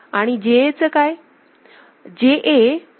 आणि JA चं काय